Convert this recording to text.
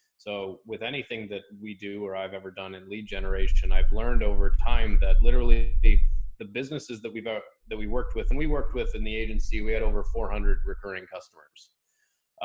so with anything that we do or i've ever done in lead generation, i've learned over time that literally the the businesses that we've, ah, that we worked with and we worked with in the agency, we had over four hundred recurring customers.